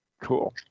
Cool